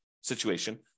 situation